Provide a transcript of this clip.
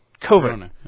COVID